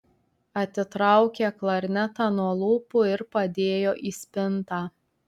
atitraukė klarnetą nuo lūpų ir padėjo į spintą